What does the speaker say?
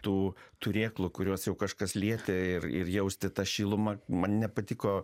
tų turėklų kuriuos jau kažkas lietė ir ir jausti tą šilumą man nepatiko